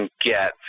get